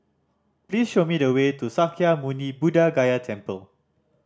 please show me the way to Sakya Muni Buddha Gaya Temple